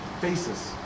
faces